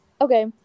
Okay